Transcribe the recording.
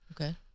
Okay